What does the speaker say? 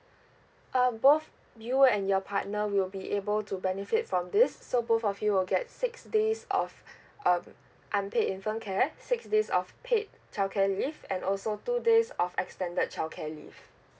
uh both you and your partner will be able to benefit from this so both of you will get six days of um unpaid infant care six days of paid childcare leave and also two days of extended childcare leave